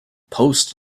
post